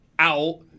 out